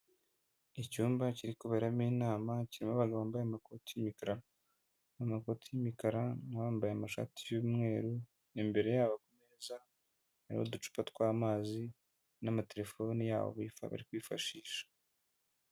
Icyumba kiri kuberamo inama, kirimo abagabo bambaye amakoti y'imikara, mu makoti y'imikara, hari n'uwambaye amashati y'umweru, imbere yabo ku meza, hariho uducupa tw'amazi n'amaterefoni yabo, bafite bari kwifashisha.